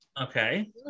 Okay